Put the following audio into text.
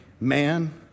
man